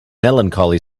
melancholy